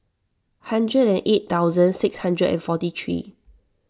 hundred and eight thousand six hundred and forty three